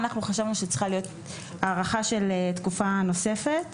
אנחנו חשבנו שצריכה להיות הארכה של תקופה נוספת